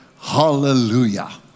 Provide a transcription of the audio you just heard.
Hallelujah